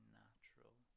natural